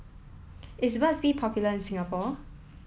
is Burt's bee popular in Singapore